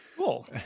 Cool